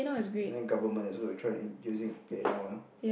and then government is also trying using PayNow